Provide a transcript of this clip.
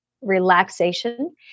Relaxation